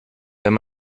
wenn